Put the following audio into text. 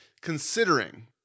considering